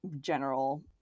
general